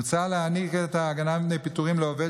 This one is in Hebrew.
מוצע להעניק את ההגנה מפני פיטורים לעובד